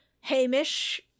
Hamish